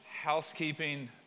housekeeping